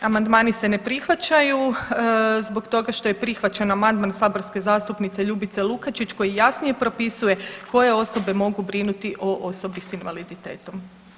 Amandmani se ne prihvaćaju zbog toga što je prihvaćen amandman saborske zastupnice Ljubice Lukačić koji jasnije propisuje koje osobe mogu brinuti o osobi sa invaliditetom.